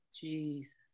Jesus